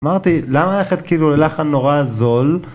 אמרתי, למה הלכת כאילו ללחן נורא זול?